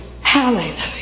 hallelujah